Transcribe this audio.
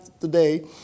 today